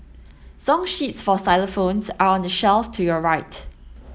song sheets for xylophones are on the shelf to your right